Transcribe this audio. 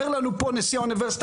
אומר לנו פה נשיא האוניברסיטה,